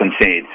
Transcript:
concede